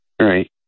Right